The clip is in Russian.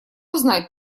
узнать